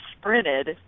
sprinted